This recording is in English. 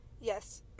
Yes